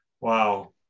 Wow